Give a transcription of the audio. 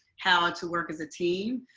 how ah to work as a team,